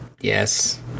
yes